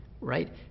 right